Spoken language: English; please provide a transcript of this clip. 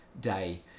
day